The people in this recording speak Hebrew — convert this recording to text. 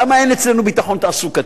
למה אין אצלנו ביטחון תעסוקתי.